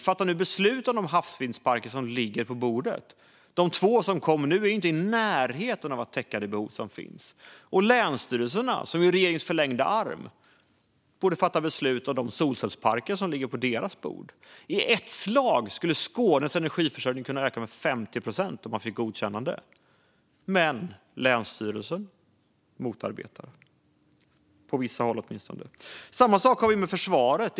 Fatta nu beslut om de föreslagna havsvindparkerna, regeringen! De två som är på gång täcker inte i närheten av det behov som finns. Och länsstyrelserna, regeringens förlängda arm, borde fatta beslut om solcellsparkerna. Med ett godkännande skulle Skånes energiförsörjning i ett slag kunna öka med 50 procent, men länsstyrelsen motarbetar det. Det är samma sak med försvaret.